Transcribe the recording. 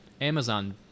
Amazon